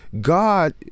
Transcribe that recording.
God